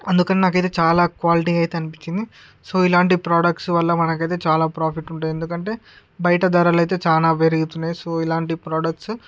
అందుకే నాకైతే చాలా క్వాలిటీ అయితే అనిపిచ్చింది సో ఇలాంటి ప్రొడక్ట్సు వల్ల మనకైతే చాలా ప్రాఫిట్ ఉంటుంది ఎందుకంటే బయట ధరలైతే చాలా పెరుగుతున్నాయయి సో ఇలాంటి ప్రొడక్ట్సు